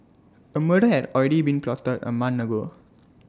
A murder had already been plotted A month ago